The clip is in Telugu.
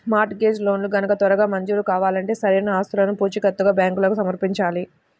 మార్ట్ గేజ్ లోన్లు గనక త్వరగా మంజూరు కావాలంటే సరైన ఆస్తులను పూచీకత్తుగా బ్యాంకులకు సమర్పించాలి